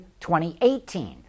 2018